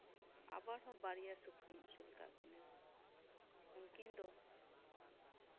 ᱟᱵᱟᱨ ᱦᱟᱜ ᱵᱟᱨᱭᱟ ᱥᱩᱠᱨᱤᱧ ᱟᱥᱩᱞ ᱟᱠᱟᱫ ᱠᱤᱱᱟᱹ ᱩᱱᱠᱤᱱ ᱫᱚ